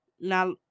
now